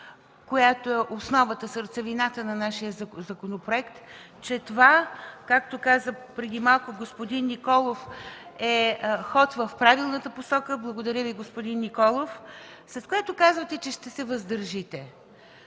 която е основата, сърцевината на нашия законопроект, че това, както каза преди малко господин Николов, е ход в правилната посока – благодаря Ви, господин Николов, след което казвате, че ще се въздържите.